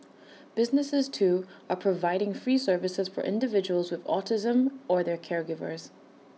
businesses too are providing free services for individuals with autism or their caregivers